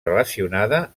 relacionada